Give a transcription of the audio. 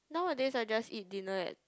nowadays I just eat dinner at